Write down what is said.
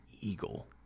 eagle